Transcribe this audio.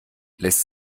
lässt